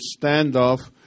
standoff